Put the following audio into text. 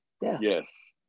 Yes